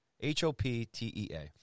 H-O-P-T-E-A